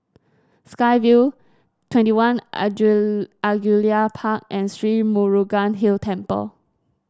Sky Vue Twenty One Angullia Park and Sri Murugan Hill Temple